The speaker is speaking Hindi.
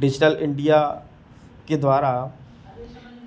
डिज़िटल इण्डिया के द्वारा